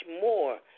more